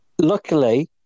Luckily